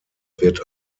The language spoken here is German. wird